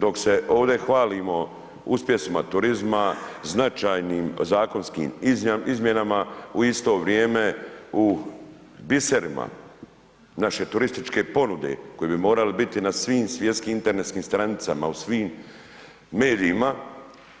Dok se ovdje hvalimo uspjesima turizma, značajnim zakonskim izmjenama, u isto vrijeme u biserima naše turističke ponude koja bi morala biti na svim svjetskim internetskim stranicama, u svim medijima,